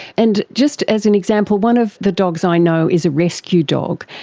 and just as an example, one of the dogs i know is a rescue dog,